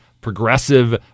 progressive